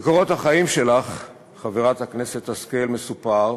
בקורות החיים שלך, חברת הכנסת השכל, מסופר